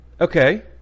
Okay